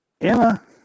Emma